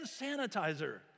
sanitizer